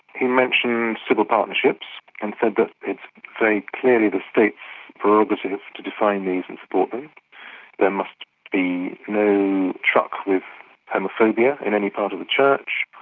he mentions civil partnerships and said that it's very clearly the state's prerogative to define these and support them. there must be no truck with homophobia in any part of the church.